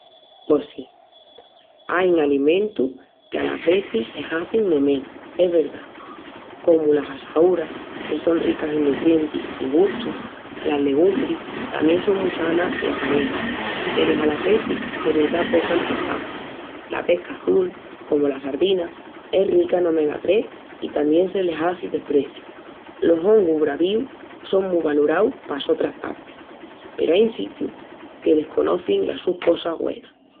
Pos sí, ain alimentus que alas vezis se hazin de menus, es verdá, comu las assaúras, que son ricas en nutrientis i gustu. Las legumbris tamién son mu sanas i aparentis, peru alas vezis se les da poca emportancia. La pesca azul, comu las sardinas, es rica en omega-3 i tamién se les hazi despreciu. Los hongus bravíus son mu valoraus pa sotras partis, peru ain sitius que desconocin las sus cosas güenas.